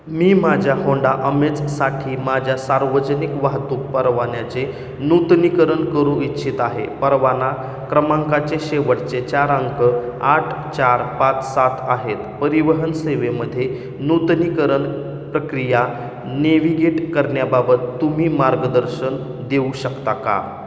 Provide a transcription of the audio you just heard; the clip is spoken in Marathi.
मी माझ्या होंडा अमेजसाठी माझ्या सार्वजनिक वाहतूक परवान्याचे नूतनीकरण करू इच्छित आहे परवाना क्रमांकाचे शेवटचे चार अंक आठ चार पाच सात आहेत परिवहन सेवेमध्ये नूतनीकरण प्रक्रिया नेव्हिगेट करण्याबाबत तुम्ही मार्गदर्शन देऊ शकता का